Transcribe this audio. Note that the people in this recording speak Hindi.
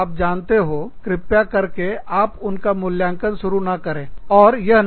आप जानते हो कृपया करके आप उनका मूल्यांकन शुरू ना करें या परखनानिर्णय लेना शुरू ना करें